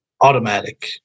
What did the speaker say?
automatic